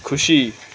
खुसी